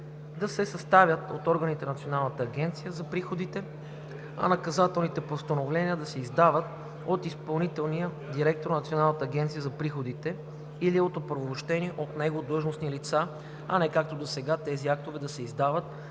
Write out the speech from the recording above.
да се съставят от органите на Националната агенция за приходите, а наказателните постановления да се издават от изпълнителния директор на Националната агенция за приходите или от оправомощени от него длъжностни лица, а не както досега тези актове да се издават